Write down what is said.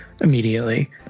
immediately